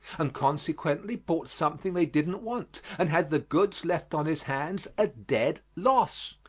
and consequently bought something they didn't want and had the goods left on his hands a dead loss.